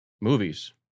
movies